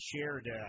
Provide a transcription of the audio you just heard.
shared